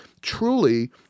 truly